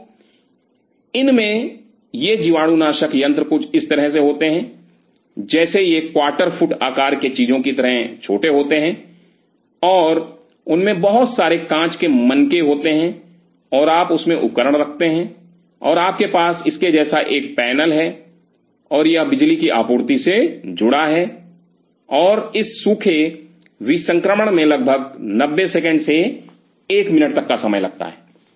तो इनमें ये जीवाणुनाशक यंत्र कुछ इस तरह से होते हैं जैसे ये क्वाटर फुट आकार के चीजों की तरह छोटे होते हैं और उनमें बहुत सारे कांच के मनके होते हैं और आप उसमें उपकरण रखते हैं और आपके पास इसके जैसा एक पैनल है और यह बिजली की आपूर्ति से जुड़ा है और इस सूखे विसंक्रमण में लगभग 90 सेकंड से एक मिनट तक का समय लगता है